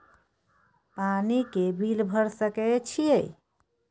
पानी के बिल भर सके छियै?